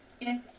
Yes